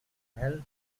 well